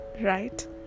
right